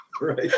right